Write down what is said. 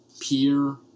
peer